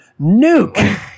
Nuke